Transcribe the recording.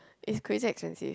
is crazy expensive